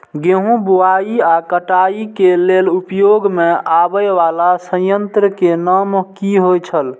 गेहूं बुआई आ काटय केय लेल उपयोग में आबेय वाला संयंत्र के नाम की होय छल?